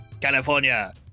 california